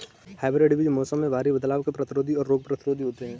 hybrid बीज मौसम में भारी बदलाव के प्रतिरोधी और रोग प्रतिरोधी होते हैं